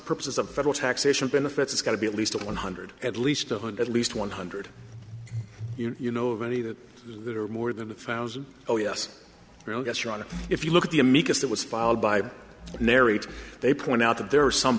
purposes of federal taxation benefits it's got to be at least a one hundred at least a hundred at least one hundred you know of any that do that are more than a thousand oh yes yes your honor if you look at the amicus that was filed by marriage they point out that there are some